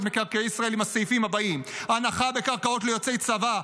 מקרקעי ישראל בסעיפים האלה: הנחה בקרקעות ליוצאי צבא,